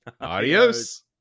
adios